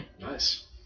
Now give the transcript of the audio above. Nice